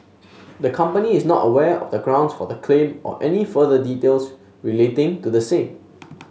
the company is not aware of the grounds for the claim or any further details relating to the same